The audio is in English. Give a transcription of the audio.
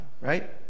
right